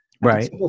Right